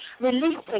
releasing